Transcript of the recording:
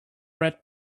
red